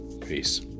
Peace